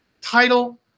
title